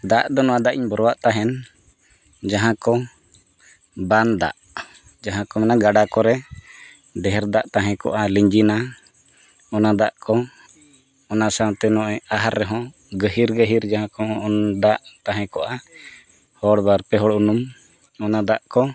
ᱫᱟᱜ ᱫᱚ ᱱᱚᱣᱟ ᱫᱟᱜ ᱤᱧ ᱵᱚᱨᱚᱣᱟᱜ ᱛᱟᱦᱮᱱ ᱡᱟᱦᱟᱸ ᱠᱚ ᱵᱟᱱ ᱫᱟᱜ ᱡᱟᱦᱟᱸ ᱠᱚ ᱢᱮᱱᱟ ᱜᱟᱰᱟ ᱠᱚᱨᱮᱜ ᱰᱷᱮᱨ ᱫᱟᱜ ᱛᱟᱦᱮᱸ ᱠᱚᱜᱼᱟ ᱞᱤᱸᱜᱤᱱᱟ ᱚᱱᱟ ᱫᱟᱜ ᱠᱚ ᱚᱱᱟ ᱥᱟᱶᱛᱮ ᱱᱚᱜᱼᱚᱭ ᱟᱦᱟᱨ ᱨᱮᱦᱚᱸ ᱜᱟᱹᱦᱤᱨ ᱜᱟᱹᱦᱤᱨ ᱡᱟᱦᱟᱸ ᱠᱚᱦᱚᱸ ᱚᱱ ᱫᱟᱜ ᱛᱟᱦᱮᱸ ᱠᱚᱜᱼᱟ ᱦᱚᱲ ᱵᱟᱨ ᱯᱮ ᱦᱚᱲ ᱩᱱᱩᱢ ᱚᱱᱟ ᱫᱟᱜ ᱠᱚ